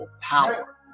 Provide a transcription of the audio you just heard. power